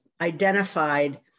identified